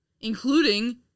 including